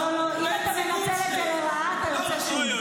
לא, לא, אם אתה מנצל את זה לרעה, אתה יוצא שוב.